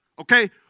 okay